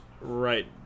right